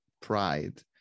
pride